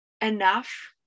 enough